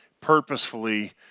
purposefully